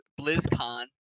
BlizzCon